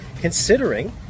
considering